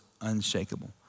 unshakable